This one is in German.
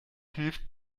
hilft